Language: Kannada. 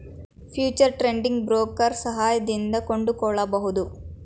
ಫ್ಯೂಚರ್ ಟ್ರೇಡಿಂಗ್ ಬ್ರೋಕರ್ ಸಹಾಯದಿಂದ ಕೊಂಡುಕೊಳ್ಳಬಹುದು